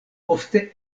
ofte